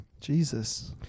Jesus